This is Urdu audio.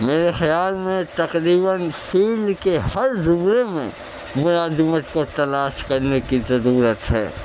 میرے خیال میں تقریباََ علم کے ہر زمرے میں ملازمت کو تلاش کرنے کی ضرورت ہے